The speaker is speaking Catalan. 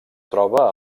troba